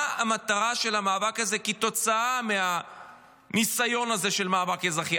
מה המטרה של המאבק הזה כתוצאה מהניסיון הזה של מאבק אזרחי?